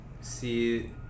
see